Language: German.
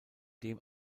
dem